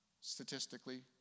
Statistically